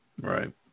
Right